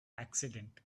accident